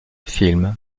films